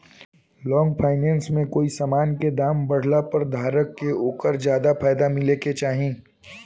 long finance में कोई समान के दाम बढ़ला पर धारक के ओकर फायदा मिले के चाही